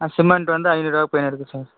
cement வந்து ஐநூறு ரூவா போய்ன்னுருக்கு சார்